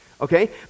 okay